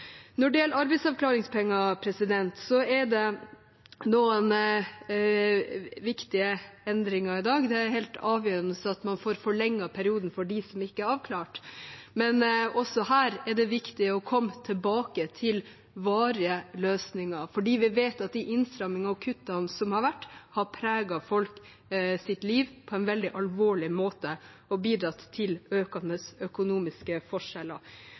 Når det gjelder arbeidsavklaringspenger, er det noen viktige endringer i dag. Det er helt avgjørende at man får forlenget perioden for dem som ikke er avklart. Men også her er det viktig å komme tilbake til varige løsninger, for vi vet at de innstrammingene og kuttene som har vært, har preget folks liv på en veldig alvorlig måte og bidratt til økende økonomiske forskjeller